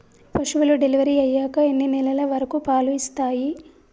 పశువులు డెలివరీ అయ్యాక ఎన్ని నెలల వరకు పాలు ఇస్తాయి?